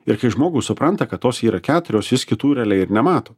ir kai žmogus supranta kad tos yra keturios jis kitų realiai ir nemato